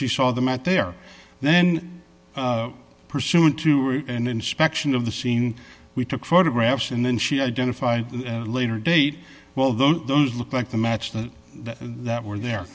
she saw them out there then pursuant to an inspection of the scene we took photographs and then she identified a later date well those those look like the match that that were there